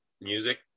music